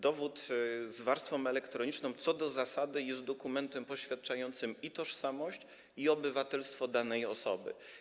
Dowód z warstwą elektroniczną co do zasady jest dokumentem poświadczającym i tożsamość, i obywatelstwo danej osoby.